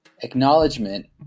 Acknowledgement